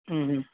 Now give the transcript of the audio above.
હં હં